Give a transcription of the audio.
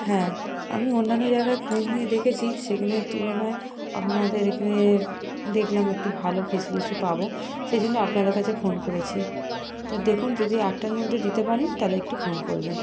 হ্যাঁ আমি অন্যান্য জায়গায় খোঁজ নিয়ে দেখেছি সেখানের তুলনায় আপনাদের এখানে দেখলাম একটু ভালো ফেসিলিটি পাব সেই জন্য আপনাদের কাছে ফোন করেছি তো দেখুন যদি আটটার মধ্যে দিতে পারেন তাহলে একটু ফোন করবেন